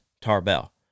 Tarbell